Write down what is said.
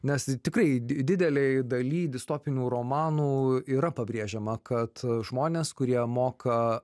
nes tikrai di didelėj daly distopijų romanų yra pabrėžiama kad žmonės kurie moka